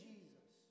Jesus